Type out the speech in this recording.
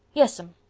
yas'm.